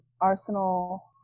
Arsenal